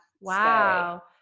Wow